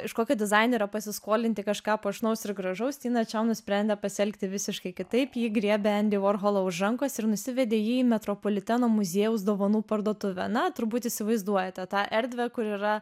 iš kokio dizainerio pasiskolinti kažką puošnaus ir gražaus tina čiau nusprendė pasielgti visiškai kitaip ji griebė andy vorholą už rankos ir nusivedė jį į metropoliteno muziejaus dovanų parduotuvę na turbūt įsivaizduojate tą erdvę kur yra